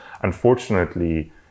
unfortunately